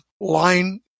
line